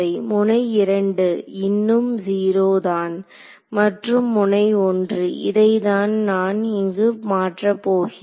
முனை 2 இன்னும் 0 தான் மற்றும் முனை 1 இதை தான் நான் இங்கு மாற்றப் போகிறேன்